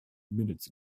minutes